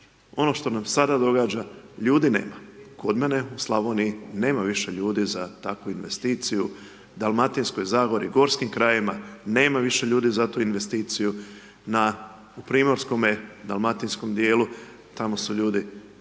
Ono što nam se sada događa, ljudi nema. Kod mene u Slavoniji nema više ljudi za takvu investiciju, u Dalmatinskoj zagori, gorskim krajevima, nema više ljudi za tu investiciju. U primorskome, dalmatinskom djelu, tamo su ljudi